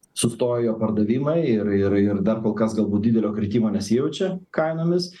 sustojo pardavimai ir ir ir dar kol kas galbūt didelio kritimo nesijaučia kainomis